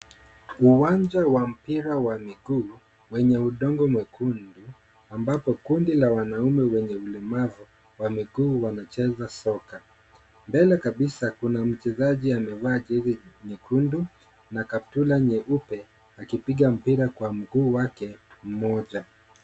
Uwanja wa mpira wa miguu wenye udongo mwekundu, ambapo kundi la wanaume wenye ulemavu wa miguu wanacheza soka. Mbele kabisa kuna mchezaji amevaa jezi nyekundu na kaptura nyeupe, akipiga mpira kwa mguu wake mmoja.